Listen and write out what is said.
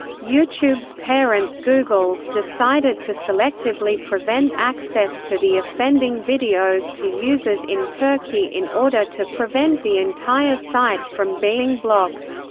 youtube's parent, google, decided to selectively prevent access to the offending videos to users in turkey in order to prevent the entire site from being blocked.